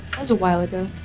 was awhile ago.